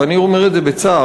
ואני אומר את זה בצער,